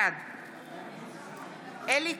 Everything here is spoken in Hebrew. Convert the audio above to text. בעד אלי